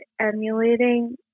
emulating